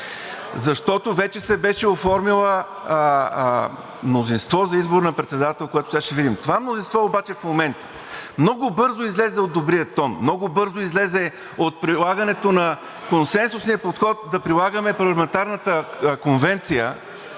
защото вече се беше оформило мнозинство за избор на председател, което сега ще видим. Това мнозинство обаче в момента много бързо излезе от добрия тон, много бързо излезе от прилагането на консенсусния подход да прилагаме парламентарната конвенция,